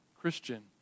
Christian